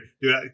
Dude